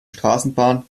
straßenbahn